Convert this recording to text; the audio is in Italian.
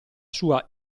sua